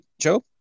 Joe